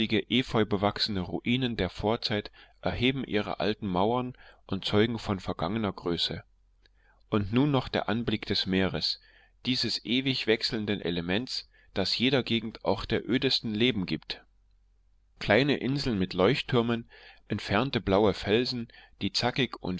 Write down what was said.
efeubewachsenen ruinen der vorzeit erheben ihre alten mauern und zeugen von vergangener größe und nun noch der anblick des meeres dieses ewig wechselnden elements das jeder gegend auch der ödesten leben gibt kleine inseln mit leuchttürmen entfernte blaue felsen die zackig